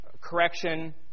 correction